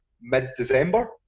mid-December